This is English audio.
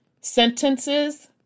sentences